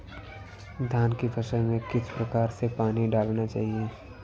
धान की फसल में किस प्रकार से पानी डालना चाहिए?